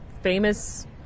famous